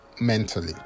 mentally